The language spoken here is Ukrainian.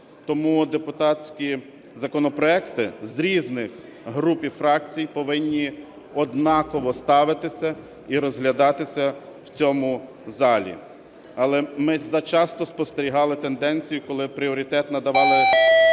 тому депутатські законопроекти з різних груп і фракцій повинні однаково ставитися і розглядатися в цьому залі. Але ми зачасто спостерігали тенденцію, коли пріоритет надавали